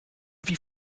wie